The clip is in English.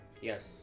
Yes